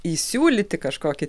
įsiūlyti kažkokį